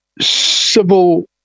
civil